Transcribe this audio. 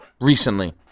recently